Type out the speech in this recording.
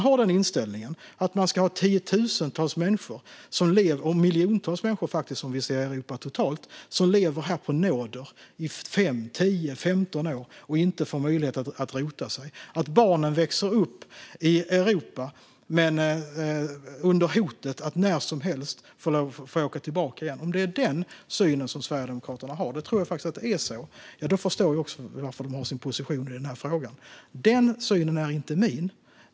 Har man inställningen att tiotusentals människor, miljontals i Europa totalt, ska leva här på nåder i 5, 10, 15 år och inte få möjlighet att rota sig, att barnen ska växa upp i Europa men under hotet att när som helst åka tillbaka igen, om det är den synen Sverigedemokraterna har - jag tror faktiskt att det är så - då förstår jag deras position i frågan. Den synen är inte min.